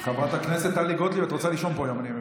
חברת הכנסת טלי גוטליב, אני מבין